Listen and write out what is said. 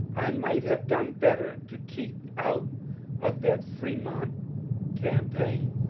i might have done better to keep out of that fremont campaign,